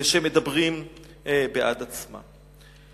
שמדברים בעד עצמם.